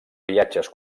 viatges